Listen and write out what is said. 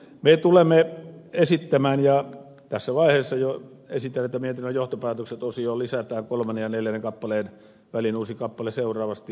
me tulemme esittämään ja tässä vaiheessa jo esitän että mietinnön osioon johtopäätökset lisätään kolmannen ja neljännen kappaleen väliin uusi kappale seuraavasti